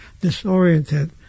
disoriented